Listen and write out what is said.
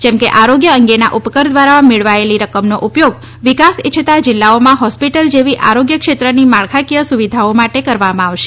જેમ કે આરોગ્ય અંગેના ઉપકર દ્વારા મેળવાયેલી રકમનો ઉપયોગ વિકાસ ઇચ્છતા જિલ્લાઓમાં હોસ્પિટલ જેવી આરોગ્ય ક્ષેત્રની માળખાકીય સુવિધાઓ માટે કરવામાં આવશે